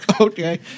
Okay